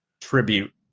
tribute